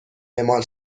اعمال